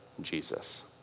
Jesus